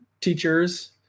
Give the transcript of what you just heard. teachers